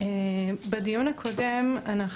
הנושא הוא